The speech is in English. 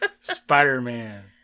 Spider-Man